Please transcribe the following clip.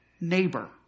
neighbor